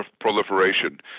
proliferation